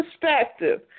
perspective